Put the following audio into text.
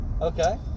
Okay